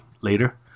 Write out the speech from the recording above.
later